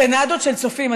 סנדות של צופים,